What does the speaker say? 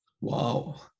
Wow